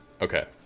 Okay